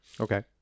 Okay